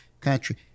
country